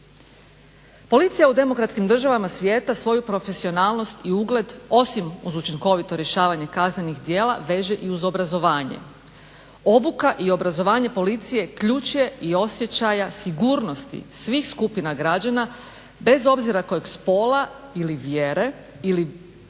Policija u demokratskim državama svijeta svoju profesionalnost i ugleda osim uz učinkovito rješavanja kaznenih djela veže i uz obrazovanje. Obuka i obrazovanje policije ključ je i osjećaja sigurnosti svih skupina građana bez obzira kojeg spola ili vjere ili